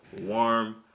warm